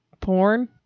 porn